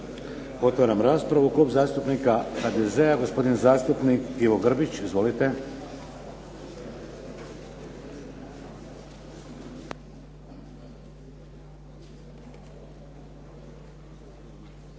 Otvaram raspravu. Klub zastupnika HDZ-a gospodin zastupnik Ivo Grbić. Izvolite. **Grbić,